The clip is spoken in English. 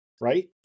Right